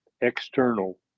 External